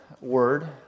word